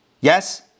Yes